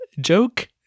joke